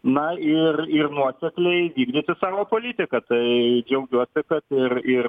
na ir ir nuosekliai vykdyti savo politiką tai džiaugiuosi kad ir ir